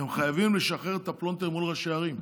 אתם חייבים לשחרר את הפלונטר מול ראשי ערים.